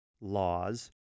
laws